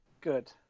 Good